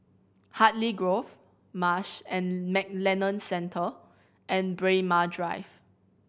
Hartley Grove Marsh and McLennan Centre and Braemar Drive